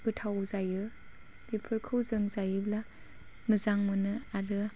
गोथाव जायो बेफोरखौ जों जायोब्ला मोजां मोनो आरो